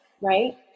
right